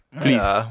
Please